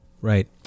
Right